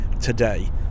today